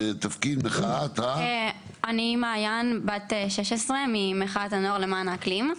אני מעין, בת 16, ממחאת הנוער למען האקלים.